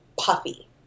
puffy